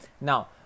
Now